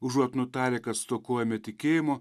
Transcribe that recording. užuot nutarę kad stokojame tikėjimo